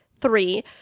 three